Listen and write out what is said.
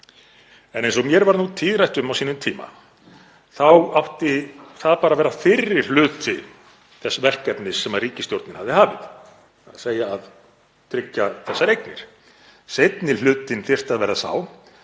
Eins og mér varð tíðrætt um á sínum tíma þá átti það bara að vera fyrri hluti þess verkefnis sem ríkisstjórnin hafði hafið, þ.e. að tryggja þessar eignir. Seinni hlutinn þyrfti að vera sá